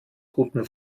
guten